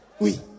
Oui